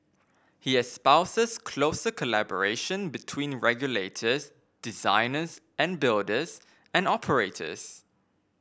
he espouses closer collaboration between regulators designers and builders and operators